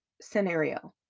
scenario